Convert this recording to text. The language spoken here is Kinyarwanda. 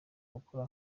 bakora